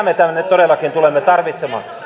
me tänne todellakin tulemme tarvitsemaan